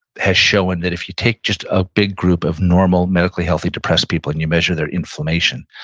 has shown that if you take just a big group of normal, medically-healthy depressed people and you measure their inflammation,